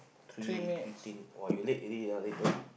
three fifteen !wah! you later already ah later